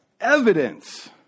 evidence